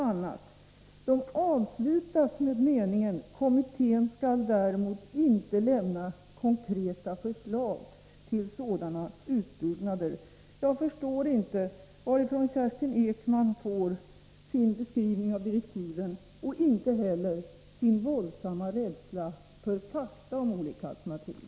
Direktiven avslutades med meningen: Kommittén skall däremot inte lämna konkreta förslag till sådana utbyggnader. Jag förstår inte varifrån Kerstin Ekman fått sin beskrivning av direktiven och inte heller varifrån hon fått sin våldsamma rädsla för fakta om olika alternativ.